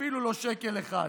אפילו לא שקל אחד.